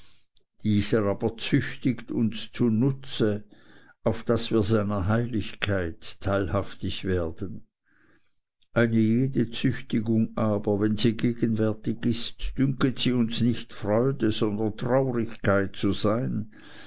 dieser aber züchtigt uns zunutze auf daß wir seiner heiligkeit teilhaftig werden eine jede züchtigung aber wenn sie gegenwärtig ist dünket sie uns nicht freude sondern traurigkeit zu sein